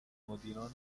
مدیرانش